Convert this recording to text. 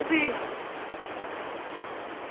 ते भी